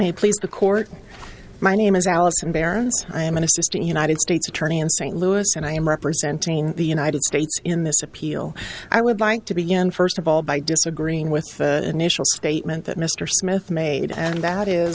please the court my name is allison baron's i am an assistant united states attorney in st louis and i am representing the united states in this appeal i would like to begin first of all by disagreeing with the initial statement that mr smith made and that is